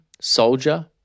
soldier